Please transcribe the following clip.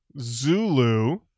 Zulu